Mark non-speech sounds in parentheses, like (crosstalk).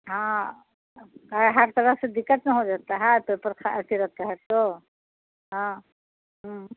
ہاں ہر طرح سے دقت میں ہو (unintelligible) ہے پیپر (unintelligible) رہتا ہے تو ہاں